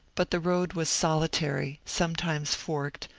but the road was solitary, sometimes forked,